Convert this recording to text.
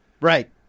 Right